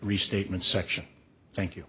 restatement section thank you